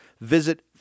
Visit